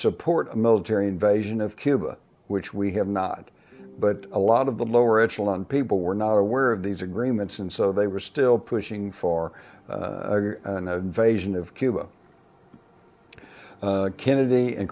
support a military invasion of cuba which we have not but a lot of the lower echelon people were not aware of these agreements and so they were still pushing for vision of cuba kennedy and